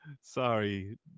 sorry